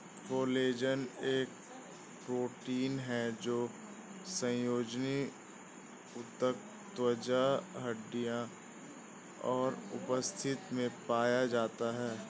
collagen एक protein है जो संयोजी ऊतक, त्वचा, हड्डी और उपास्थि में पाया जाता है